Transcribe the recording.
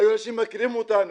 היו אנשים מכירים אותנו.